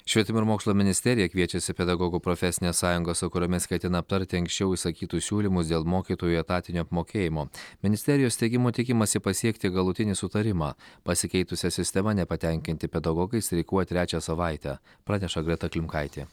švietimo ir mokslo ministerija kviečiasi pedagogų profesines sąjungas su kuriomis ketina aptarti anksčiau išsakytus siūlymus dėl mokytojų etatinio apmokėjimo ministerijos teigimu tikimasi pasiekti galutinį sutarimą pasikeitusia sistema nepatenkinti pedagogai streikuoja trečią savaitę praneša greta klimkaitė